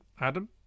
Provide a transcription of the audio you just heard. adam